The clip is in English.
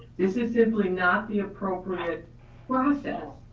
this is simply not the appropriate process.